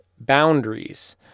Boundaries